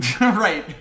right